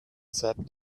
sap